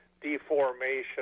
deformation